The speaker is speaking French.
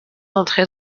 entrée